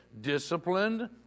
disciplined